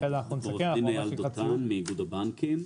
איגוד הבנקים.